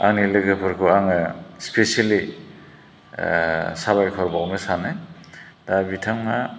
आंनि लोगोफोरखौ आङो स्पिसियेलि साबायखर बावनो सानो दा बिथाङा